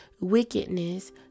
wickedness